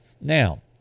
Now